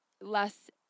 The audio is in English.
less